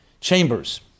chambers